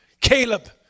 Caleb